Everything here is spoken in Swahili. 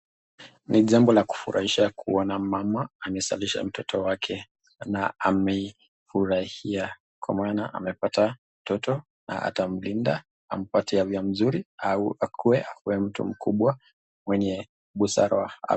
Ni jambo la kufurahisha kuona mama amezalishwa mtoto wake na amefurahia kwa maana amepata mtoto na atamlinda ampatie afya mzuri na akuwe mtu mkubwa mwenye busara.